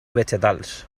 vegetals